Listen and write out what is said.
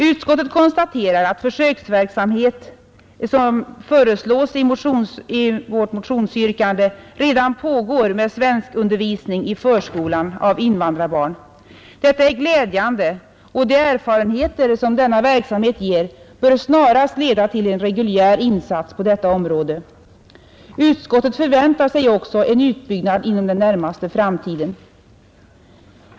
Utskottet konstaterar att försöksverksamhet, som föreslås i vårt motionsyrkande, redan pågår med svenskundervisning i förskolan av invandrarbarn. Detta är glädjande, och de erfarenheter som denna verksamhet ger bör snarast leda till en reguljär insats på detta område. Utskottet förväntar sig också en utbyggnad inom den närmaste framtiden.